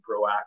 proactive